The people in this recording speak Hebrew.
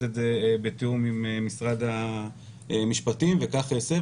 את זה בתיאום עם משרד המשפטים וכך אעשה,